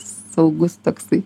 saugus toksai